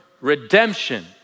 redemption